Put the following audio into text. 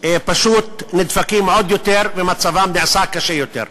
פשוט נדפקים עוד יותר ומצבם נעשה קשה יותר.